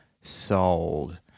sold